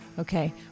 Okay